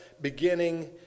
beginning